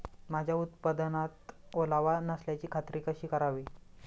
माझ्या उत्पादनात ओलावा नसल्याची खात्री कशी करावी?